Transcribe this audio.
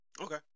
Okay